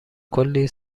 کلی